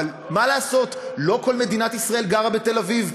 אבל מה לעשות, לא כל מדינת ישראל גרה בתל-אביב.